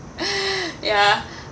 ya